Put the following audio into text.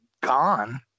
gone